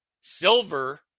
Silver